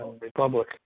Republic